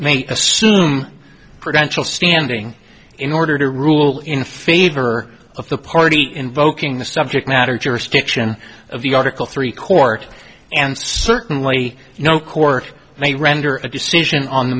may assume credential standing in order to rule in favor of the party invoking the subject matter jurisdiction of the article three court and certainly no court may render a decision on the